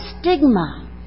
stigma